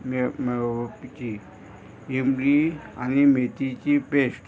मेळ मेळोवपी इमरी आनी मेथीची पेस्ट